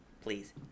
Please